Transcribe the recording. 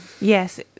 Yes